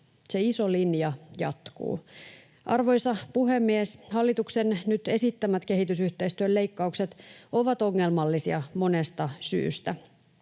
Se iso linja jatkuu. Arvoisa puhemies! Hallituksen nyt esittämät kehitysyhteistyön leikkaukset ovat ongelmallisia monesta syystä: